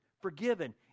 forgiven